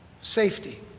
Safety